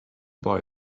boy